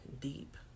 deep